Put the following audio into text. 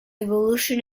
evolution